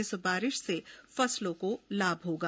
इस बारिश से फसलों को लाभ होगा